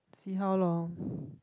see how lor